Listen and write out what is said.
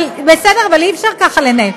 בשביל זה, בסדר, אבל אי-אפשר ככה לנהל.